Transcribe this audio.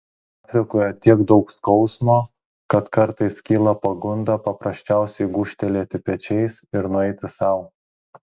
afrikoje tiek daug skausmo kad kartais kyla pagunda paprasčiausiai gūžtelėti pečiais ir nueiti sau